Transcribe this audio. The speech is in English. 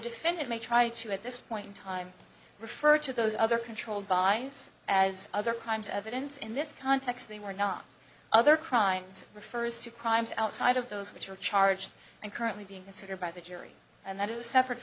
defendant may try to at this point in time refer to those other controlled by us as other crimes evidence in this context they were not other crimes refers to crimes outside of those which are charged and currently being considered by the jury and that is a separate